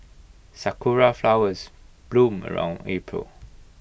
Sakura Flowers bloom around April